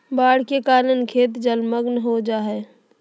बाढ़ के कारण खेत जलमग्न हो जा हइ